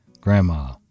Grandma